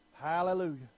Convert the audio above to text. Hallelujah